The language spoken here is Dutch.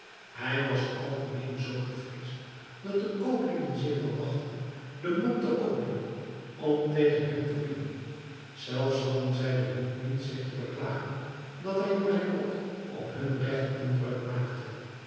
hij was algemeen zoo gevreesd dat de kooplieden zich wel wachtten den mond te openen om tegen hem te bieden zelfs hadden zij den moed niet zich te beklagen dat hij door zijn bod op hun regt inbreuk maakte